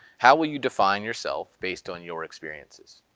how will you define yourself based on your experiences?